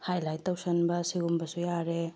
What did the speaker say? highlight ꯇꯧꯁꯤꯟꯕ ꯁꯤꯒꯨꯝꯕꯁꯨ ꯌꯥꯔꯦ